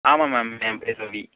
ஆமாம் மேம் என் பேர் ரவி